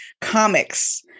Comics